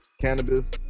Cannabis